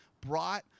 brought